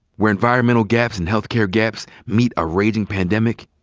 where environmental gaps and health care gaps meet a raging pandemic,